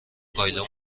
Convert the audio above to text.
کایلا